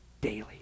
daily